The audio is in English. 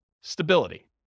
stability